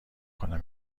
کنم